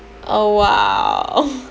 oh !wow!